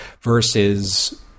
versus